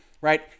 right